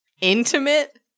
Intimate